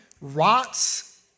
rots